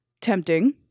tempting